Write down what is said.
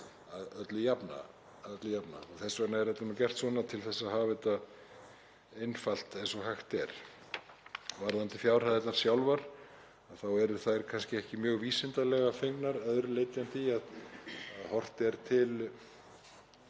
Þess vegna er þetta gert svona, til að hafa þetta eins einfalt og hægt er. Varðandi fjárhæðirnar sjálfar eru þær kannski ekki mjög vísindalega fengnar að öðru leyti en því að horft er til